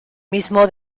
mismo